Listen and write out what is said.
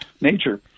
nature